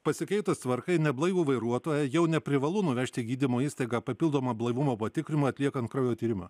pasikeitus tvarkai neblaivų vairuotoją jau neprivalu nuvežti į gydymo įstaigą papildomą blaivumo patikrinimą atliekant kraujo tyrimą